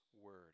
word